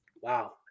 Wow